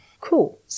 Cool